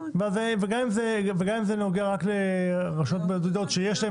וגם אם זה נוגע רק לרשויות בודדות שיש להם